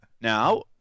Now